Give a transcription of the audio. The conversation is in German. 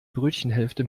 brötchenhälfte